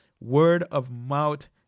word-of-mouth